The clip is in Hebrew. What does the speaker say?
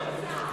לא יקרה.